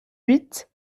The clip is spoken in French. huit